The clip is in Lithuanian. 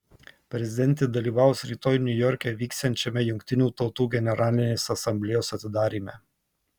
prezidentė dalyvaus rytoj niujorke vyksiančiame jungtinių tautų generalinės asamblėjos atidaryme